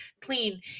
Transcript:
clean